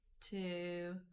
two